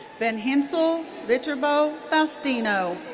van henzel viterbo faustino.